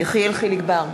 יחיאל חיליק בר,